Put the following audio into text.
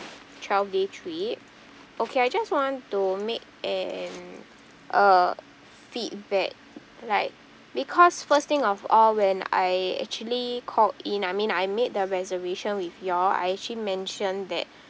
twelve day trip okay I just want to make an a feedback like because first thing of all when I actually called in I mean I made the reservation with you all I actually mentioned that